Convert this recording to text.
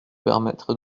permettre